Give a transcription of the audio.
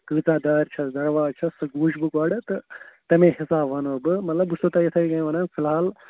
کۭژاہ دارِ چھَس درواز چھَس سُہ وٕچھٕ بہٕ گۄڈٕ تہٕ تَمے حِساب وَنو بہٕ مطلب بہٕ چھِسو تۄہہِ یِتھَے کٔنۍ وَنان فلحال